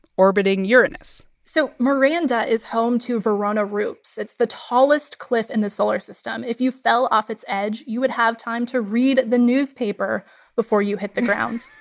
orbiting uranus so miranda is home to verona rupes. it's the tallest cliff in the solar system. if you fell off its edge, you would have time to read the newspaper before you hit the ground